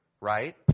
right